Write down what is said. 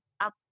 up